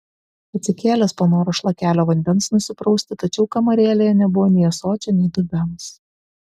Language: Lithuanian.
atsikėlęs panoro šlakelio vandens nusiprausti tačiau kamarėlėje nebuvo nei ąsočio nei dubens